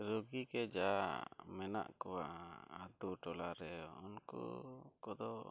ᱨᱳᱜᱤ ᱠᱚ ᱡᱟ ᱢᱮᱱᱟᱜ ᱠᱚᱣᱟ ᱟᱹᱛᱳᱼᱴᱚᱞᱟ ᱨᱮ ᱩᱱᱠᱩ ᱠᱚᱫᱚ